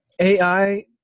AI